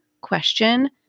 question